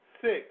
six